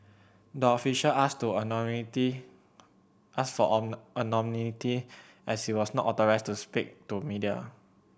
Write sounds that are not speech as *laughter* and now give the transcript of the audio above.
the official asked authority asked for *unintelligible* anonymity as he was not authorised to speak to media